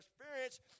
experience